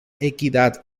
equidad